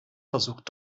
versucht